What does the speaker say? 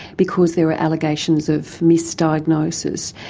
because there were allegations of misdiagnosis.